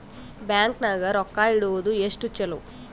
Bank ನಾಗ ರೊಕ್ಕ ಇಡುವುದು ಎಷ್ಟು ಚಲೋ?